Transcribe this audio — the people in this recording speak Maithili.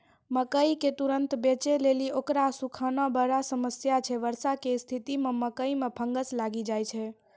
मकई के तुरन्त बेचे लेली उकरा सुखाना बड़ा समस्या छैय वर्षा के स्तिथि मे मकई मे फंगस लागि जाय छैय?